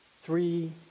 Three